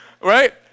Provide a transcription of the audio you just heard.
Right